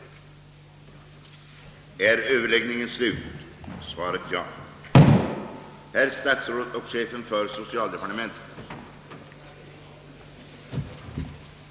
Det var detta som min fråga gällde.